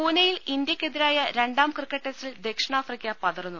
പൂനെയിൽ ഇന്ത്യ ക്കെതിരായ രണ്ടാം ക്രിക്കറ്റ് ടെസ്റ്റിൽ ദക്ഷിണാഫ്രിക്ക പതറുന്നു